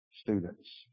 students